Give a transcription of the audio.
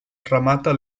remata